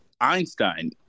Einstein